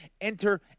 Enter